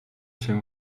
się